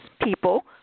people